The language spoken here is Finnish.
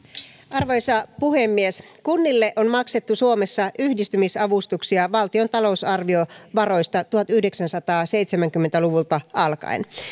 arvoisa puhemies kunnille on maksettu suomessa yhdistymisavustuksia valtion talousarviovaroista tuhatyhdeksänsataaseitsemänkymmentä luvulta alkaen